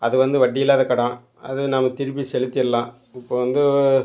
அது வந்து வட்டி இல்லாத கடன் அது நம்ம திருப்பிச் செலுத்திடலாம் இப்போ வந்து